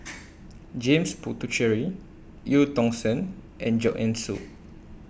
James Puthucheary EU Tong Sen and Joanne Soo